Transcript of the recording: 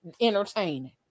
entertaining